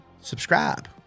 subscribe